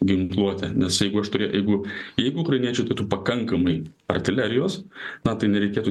ginkluotė nes jeigu aš turė jeigu jeigu ukrainiečiai turi pakankamai artilerijos na tai nereikėtų